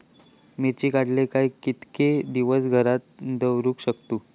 मिर्ची काडले काय कीतके दिवस घरात दवरुक शकतू?